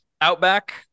Outback